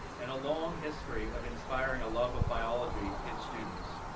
and a long history of inspiring a love of biology in students.